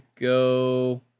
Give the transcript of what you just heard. go